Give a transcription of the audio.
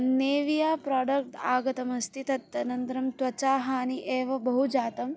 Nivea product आगतमस्ति तत् अनन्तरं त्वचा हानि एव बहु जातम्